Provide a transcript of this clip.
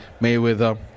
Mayweather